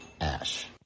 Ash